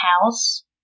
house